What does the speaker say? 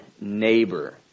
neighbor